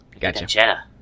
Gotcha